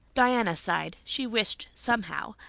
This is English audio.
diana sighed. she wished, somehow,